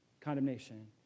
condemnation